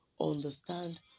understand